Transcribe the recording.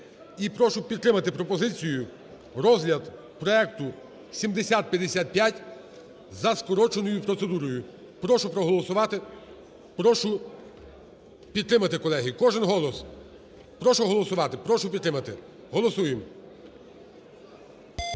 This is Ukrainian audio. І прошу підтримати пропозицію: розгляд проекту 7055 за скороченою процедурою. Прошу проголосувати. Прошу підтримати, колеги. Кожен голос. Прошу голосувати. Прошу підтримати. Голосуємо. 16:10:19